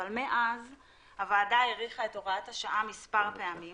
אבל מאז הוועדה האריכה את הוראת השעה מספר פעמים